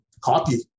copy